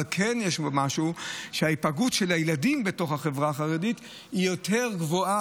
אבל כן יש בה משהו: ההיפגעות של הילדים בתוך החברה החרדית יותר גבוהה,